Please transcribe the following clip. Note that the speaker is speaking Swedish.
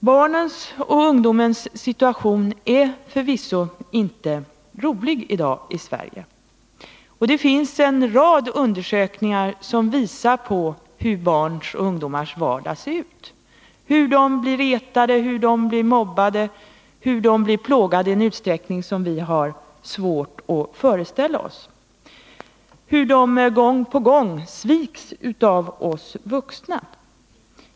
Barnens och ungdomens situation är förvisso inte rolig i dag i Sverige, och det finns en rad undersökningar som visar hur barns och ungdomars vardag ser ut, hur de blir retade, hur de blir mobbade, hur de blir plågade i en utsträckning som vi har svårt att föreställa oss, hur de gång på gång sviks av oss vuxna.